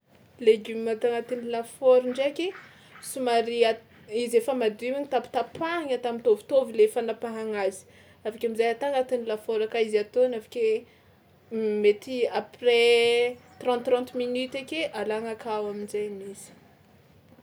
Legioma atao anatin'ny lafaoro ndraiky somary a- izy efa madio igny tapatapahagna ata mitôvitôvy le fanapahagna azy avy akeo am'zay ata anatin'ny lafaoro aka izy atôno avy ke mety après trente trente minutes ake alana akao amin-jainy izy.